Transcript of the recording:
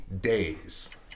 days